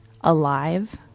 Alive